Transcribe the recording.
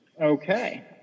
Okay